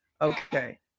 Okay